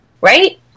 right